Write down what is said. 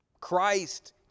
Christ